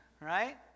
right